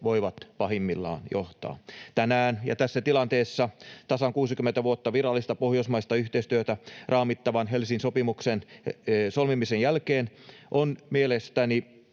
voivat pahimmillaan johtaa. Tänään ja tässä tilanteessa tasan 60 vuotta virallista pohjoismaista yhteistyötä raamittavan Helsingin sopimuksen solmimisen jälkeen on mielestäni